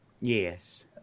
Yes